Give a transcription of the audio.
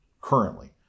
currently